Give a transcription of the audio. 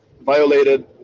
violated